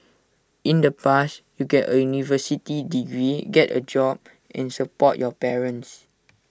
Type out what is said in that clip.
in the past you get A university degree get A job and support your parents